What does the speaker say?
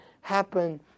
happen